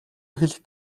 хэлэх